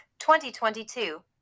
2022